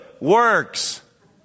works